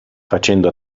facendo